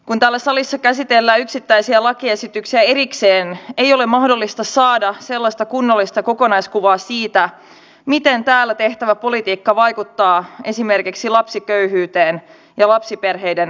kun täällä salissa käsitellään yksittäisiä lakiesityksiä erikseen ei ole mahdollista saada kunnollista kokonaiskuvaa siitä miten täällä tehtävä politiikka vaikuttaa esimerkiksi lapsiköyhyyteen ja lapsiperheiden eriarvoistumiseen